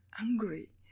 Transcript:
angry